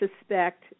suspect